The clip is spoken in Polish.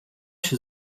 się